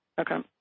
Okay